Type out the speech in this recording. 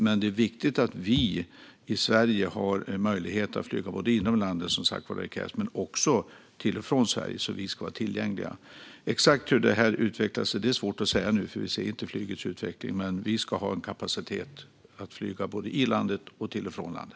Det är dock viktigt att vi i Sverige har möjligheter att flyga både inom landet och till och från Sverige, så att vi har en tillgänglighet. Exakt hur detta utvecklas är svårt att säga eftersom vi inte ser hur det går med flyget. Men vi ska ha en kapacitet att flyga både inom landet och till och från landet.